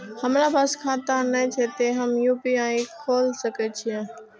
हमरा पास खाता ने छे ते हम यू.पी.आई खोल सके छिए?